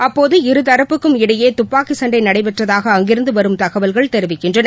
அப்போது இருதரப்புக்கும் இடையேதுப்பாக்கிச்சன்டைநடைபெற்றதாக அங்கிருந்துவரும் தகவல்கள் தெரிவிக்கின்றன